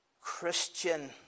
Christian